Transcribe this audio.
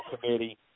Committee